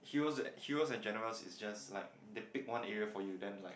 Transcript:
heros heros and generals is just like they pick one area for you then like